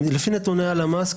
לפי נתוני הלמ"ס,